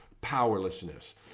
powerlessness